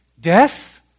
Death